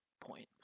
point